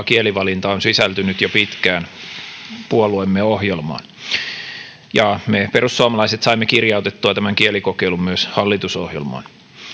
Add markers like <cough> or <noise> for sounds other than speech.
<unintelligible> kielivalinta on sisältynyt jo pitkään puolueemme ohjelmaan ja me perussuomalaiset saimme kirjautettua tämän kielikokeilun myös hallitusohjelmaan